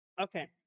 okay